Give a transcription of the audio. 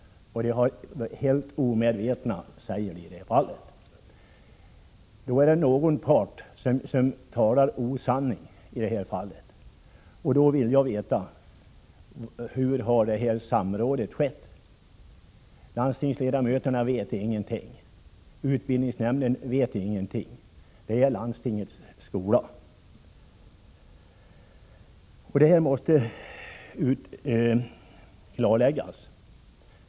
De säger att de har varit helt ovetande. Då är det någon part som talar osanning i detta fall. Jag vill veta: Hur har samråd skett? Landstingsledamöterna vet ingenting, och utbildningsnämnden vet ingenting. Det är landstingets skola. Frågan måste klarläggas.